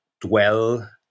dwell